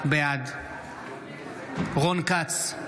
בעד רון כץ,